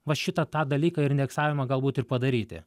va šitą tą dalyką ir indeksavimą galbūt ir padaryti